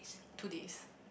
two days